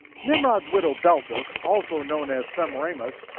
nimrod's widow beltus, also known as semiramis,